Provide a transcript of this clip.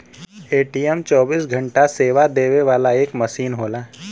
ATM चौबीस घंटा सेवा देवे वाला एक मसीन होला